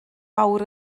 awr